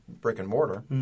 brick-and-mortar